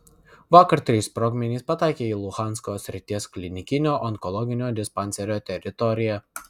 vakar trys sprogmenys pataikė į luhansko srities klinikinio onkologinio dispanserio teritoriją